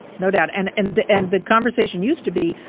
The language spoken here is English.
no doubt. and and the and the conversation used to be,